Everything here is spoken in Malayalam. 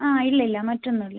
ആ ഇല്ല ഇല്ല മറ്റൊന്നും ഇല്ല